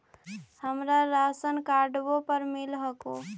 हमरा राशनकार्डवो पर मिल हको?